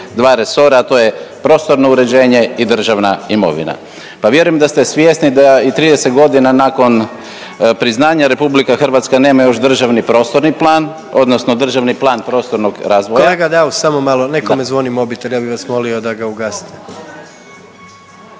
dva resora, a to je prostorno uređenje i državna imovina. Pa vjerujem da ste svjesni da i 30.g. nakon priznanja RH nema još državni prostorni plan odnosno državni plan prostornog razvoja… …/Upadica predsjednik: Kolega Daus samo malo nekome zvoni mobitel, ja bi vas molio da ga ugasite,